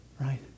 right